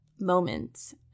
moments